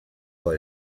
por